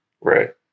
Right